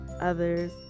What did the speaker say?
others